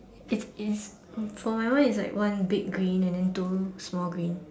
it's it's for my one is like one big green and then two small green